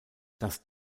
das